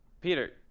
Peter